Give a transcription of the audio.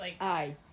Aye